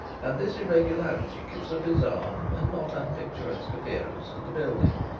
and this irregularity gives a bizarre and not unpicturesque appearance to the building.